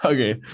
Okay